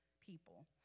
people